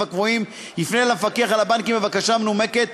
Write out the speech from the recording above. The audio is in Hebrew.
הקבועים יפנה למפקח על הבנקים בבקשה מנומקת,